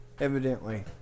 evidently